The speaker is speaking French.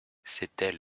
c’était